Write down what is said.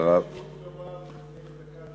תציין שהוא גמר דקה לפני הזמן.